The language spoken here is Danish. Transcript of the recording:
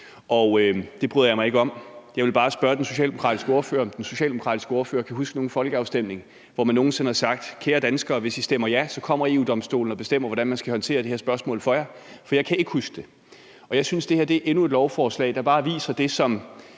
det bryder jeg mig ikke om. Jeg vil bare spørge den socialdemokratiske ordfører, om han kan huske nogen folkeafstemning, hvor man har sagt: Kære danskere, hvis I stemmer ja, så kommer EU-Domstolen og bestemmer, hvordan man skal håndtere det her spørgsmål for jer. For jeg kan ikke huske det. Jeg synes, at det her er endnu et lovforslag, som med ordførerens